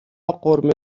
قرمه